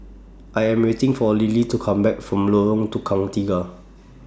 I Am waiting For Lilie to Come Back from Lorong Tukang Tiga